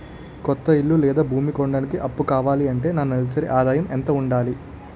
కొత్త ఇల్లు లేదా భూమి కొనడానికి అప్పు కావాలి అంటే నా నెలసరి ఆదాయం ఎంత ఉండాలి?